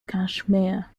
kashmir